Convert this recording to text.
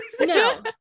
No